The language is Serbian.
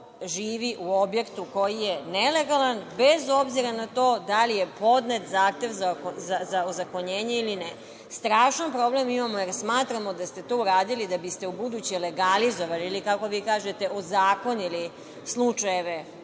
živi u objektu koji je nelegalan bez obzira na to da li je podnet zahtev za ozakonjenje ili ne. Strašan problem imamo jer smatramo da ste to uradili da biste ubuduće legalizovali ili kako vi kažete ozakonili slučajeve